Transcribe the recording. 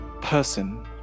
person